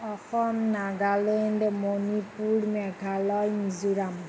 Assam Nagaland Manipur Meghalaya Mizoram